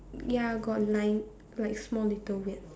ya got line like small little weird